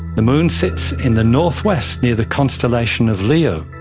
the moon sits in the north-west near the constellation of leo,